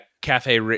Cafe